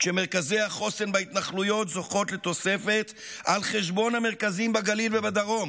כשמרכזי החוסן בהתנחלויות זוכות לתוספת על חשבון המרכזים בגליל ובדרום,